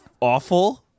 Awful